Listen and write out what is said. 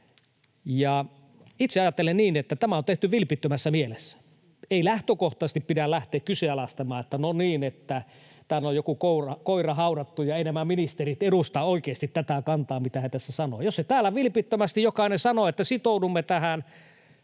itse ajattelen niin, että tämä on tehty vilpittömässä mielessä. Ei lähtökohtaisesti pidä lähteä kyseenalaistamaan, että no niin, täällä on joku koira haudattuna ja eivät nämä ministerit edusta oikeasti sitä kantaa, mitä he tässä sanoivat. Jos sen täällä vilpittömästi jokainen sanoo, että sitoudumme tähän,